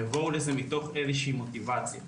מתוך איזושהי מוטיבציה.